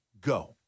go